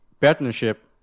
partnership